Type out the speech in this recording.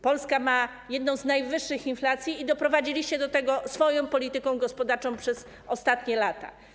Polska ma jedną z najwyższych inflacji i doprowadziliście do tego swoją polityką gospodarczą przez ostatnie lata.